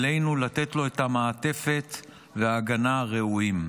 עלינו לתת לו את המעטפת וההגנה הראויים.